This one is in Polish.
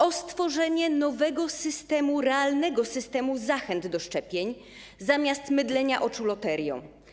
O stworzenie nowego systemu, realnego systemu zachęt do szczepień zamiast mydlenia oczu loterią.